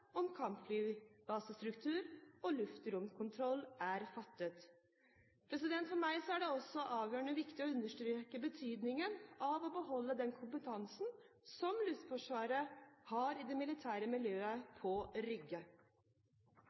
om kampflybasestruktur og luftromkontroll er fattet. For meg er det også avgjørende viktig å understreke betydningen av å beholde den kompetansen som Luftforsvaret har i det militære miljøet på Rygge.